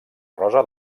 rosa